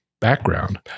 background